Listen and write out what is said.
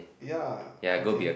ya okay